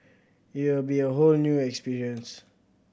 it will be a whole new experience